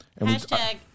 Hashtag